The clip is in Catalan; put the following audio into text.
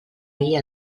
guia